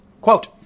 Quote